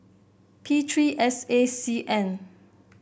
P three S A C N